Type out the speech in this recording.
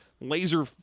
laser